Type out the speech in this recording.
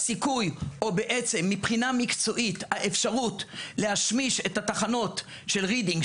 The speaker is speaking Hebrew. הסיכוי או בעצם מבחינה מקצועית האפשרות להשמיש את התחנות של רידינג,